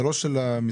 זה לא של המשרד?